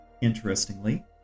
Interestingly